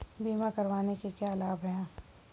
बीमा करवाने के क्या क्या लाभ हैं?